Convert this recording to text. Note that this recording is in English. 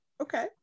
Okay